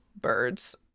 birds